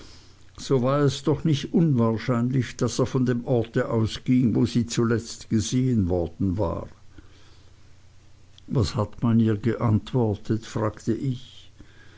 so war es doch nicht unwahrscheinlich daß er von dem orte ausging wo sie zuletzt gesehen worden war was hat man ihr geantwortet fragte ich